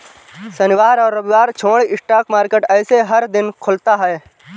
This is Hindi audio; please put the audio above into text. शनिवार और रविवार छोड़ स्टॉक मार्केट ऐसे हर दिन खुलता है